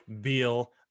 Beal